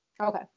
Okay